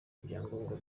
ibyangombwa